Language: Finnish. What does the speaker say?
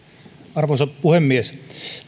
arvoisa puhemies